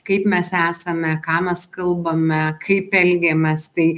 kaip mes esame ką mes kalbame kaip elgiamės tai